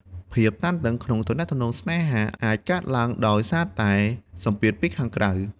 ភាពតានតឹងក្នុងទំនាក់ទំនងស្នេហា អាចកើតឡើងដោយសារតែសម្ពាធពីខាងក្រៅ។